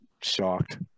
shocked